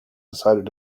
decided